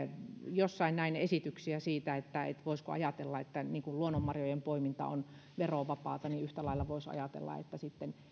jossain näin esityksiä siitä että voisiko ajatella että kun luonnonmarjojen poiminta on verovapaata niin yhtä lailla voisi ajatella että